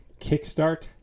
Kickstart